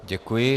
Děkuji.